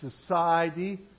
society